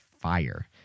fire